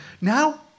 Now